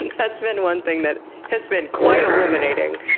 and that's been one thing that has been quite illuminating.